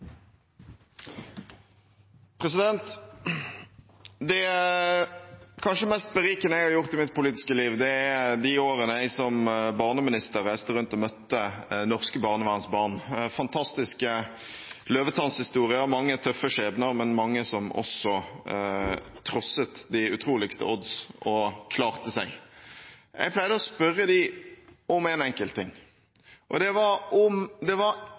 de årene jeg som barneminister reiste rundt og møtte norske barnevernsbarn – fantastiske løvetannshistorier og mange tøffe skjebner, men også mange som trosset de utroligste odds og klarte seg. Jeg pleide å spørre dem: Om det var én ting de ville endret i det